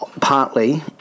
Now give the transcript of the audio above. partly